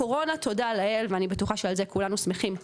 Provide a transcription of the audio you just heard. הקורונה, תודה לאל ואני בטוחה שעל זה כולנו שמחים,